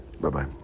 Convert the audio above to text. Bye-bye